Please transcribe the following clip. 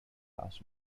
last